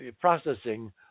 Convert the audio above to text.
processing